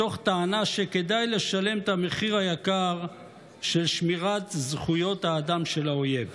מתוך טענה שכדאי לשלם את המחיר היקר של שמירת זכויות האדם של האויב.